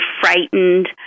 frightened